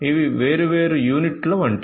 ఇవి వేర్వేరు యూనిట్ల వంటివి